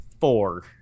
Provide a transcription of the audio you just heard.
four